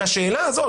והשאלה הזאת,